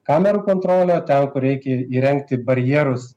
kamerų kontrolė ten kur reikia įrengti barjerus